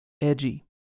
Edgy